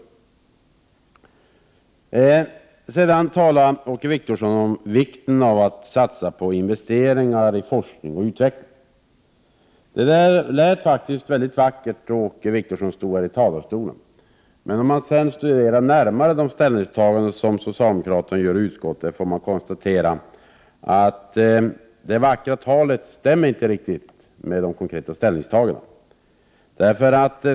Åke Wictorsson talade om vikten av att satsa på investeringar i forskning och utveckling. Det lät mycket vackert när man hörde Åke Wictorsson i talarstolen. Men om man ser närmare till de ställningstaganden som socialdemokraterna gör i utskottet, kan man konstatera att det fagra talet inte stämmer riktigt med de konkreta ställningstagandena.